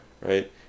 right